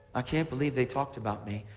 i can't believe they talked about me.